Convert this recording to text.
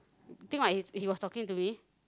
think what he's he was talking to me